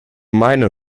meiner